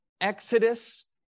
exodus